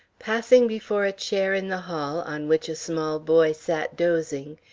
passing before a chair in the hall on which a small boy sat dozing,